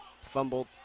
fumbled